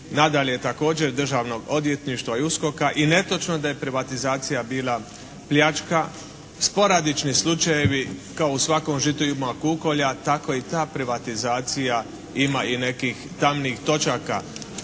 Nadalje, također Državnog odvjetništva i USKOK-a i netočno da je privatizacija bila pljačka. Sporadični slučajevi kao u svakom žitu ima kukolja tako i ta privatizacija ima i nekih tamnijih točaka.